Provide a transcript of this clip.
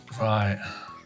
Right